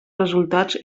resultats